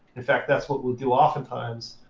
in fact, that's what we'll do oftentimes.